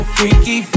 Freaky